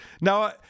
Now